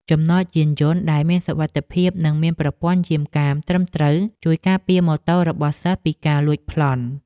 ចំណតយានយន្តដែលមានសុវត្ថិភាពនិងមានប្រព័ន្ធយាមកាមត្រឹមត្រូវជួយការពារម៉ូតូរបស់សិស្សពីការលួចប្លន់។